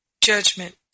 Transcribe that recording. judgment